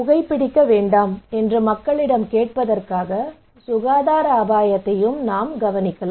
புகைபிடிக்க வேண்டாம் என்று மக்களிடம் கேட்பதற்காக சுகாதார அபாயத்தையும் நாம் கவனிக்கலாம்